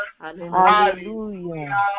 Hallelujah